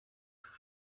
for